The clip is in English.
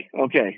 Okay